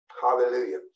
Hallelujah